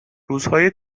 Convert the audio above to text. روزهای